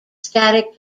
static